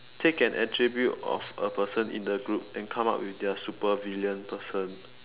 take an attribute of a person in the group and come out with their super villain person